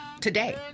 today